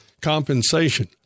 compensation